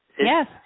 Yes